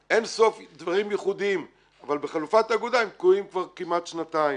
אינסוף דברים ייחודיים אבל בחלופת האגודה הם תקועים כבר כמעט שנתיים.